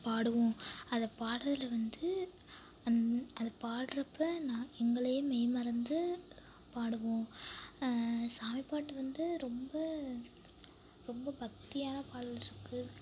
பாடுவோம் அதை பாடுறதில் வந்து அந்த அதை பாடுகிறப்ப நான் எங்களையே மெய்மறந்து பாடுவோம் சாமி பாட்டு வந்து ரொம்ப ரொம்ப பக்தியான பாடல்கள் இருக்கு